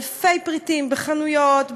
אלפי פריטים בחנויות,